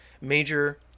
major